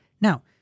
Now